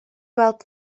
weld